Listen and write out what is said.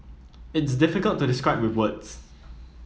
it's difficult to describe with words